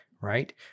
right